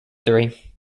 three